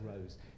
rose